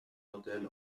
modell